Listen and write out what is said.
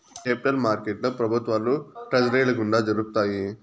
capital మార్కెట్లో ప్రభుత్వాలు ట్రెజరీల గుండా జరుపుతాయి